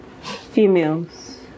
females